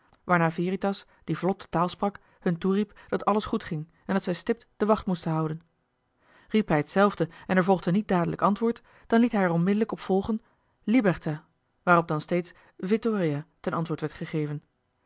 waarna veritas die vlot de taal sprak hun toeriep dat alles goedging en dat zij stipt de wacht moesten houden riep hij t zelfde en er volgde niet dadelijk antwoord dan liet hij er onmiddellijk op volgen liberta waarop dan steeds vittoria ten antwoord werd gegeven